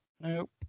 Nope